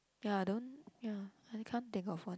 ya I don't ya I can't think of one